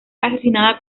asesinada